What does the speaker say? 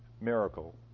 miracle